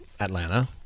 Atlanta